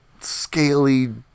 scaly